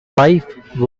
wife